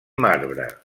marbre